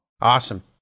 awesome